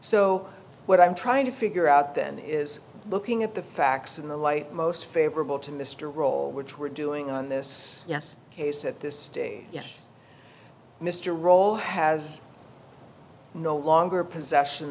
so what i'm trying to figure out then is looking at the facts in the light most favorable to mr roll which we're doing on this yes case at this stage yes mr roll has no longer possession